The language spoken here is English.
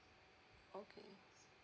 okay